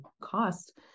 cost